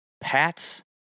Pat's